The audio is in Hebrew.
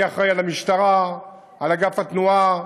אני אחראי למשטרה, לאגף התנועה,